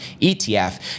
ETF